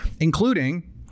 including